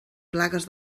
plagues